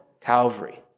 Calvary